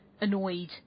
annoyed